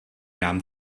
nám